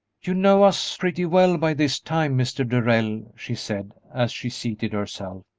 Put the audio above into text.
you know us pretty well by this time, mr. darrell, she said, as she seated herself,